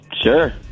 Sure